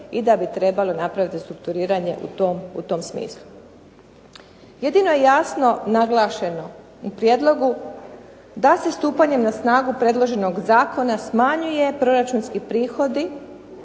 i da bi trebalo napraviti strukturiranje u tom smislu. Jedino je jasno naglašeno u prijedlogu da se stupanjem na snagu predloženog zakona smanjuju proračunski prihodi